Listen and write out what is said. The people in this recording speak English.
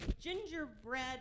gingerbread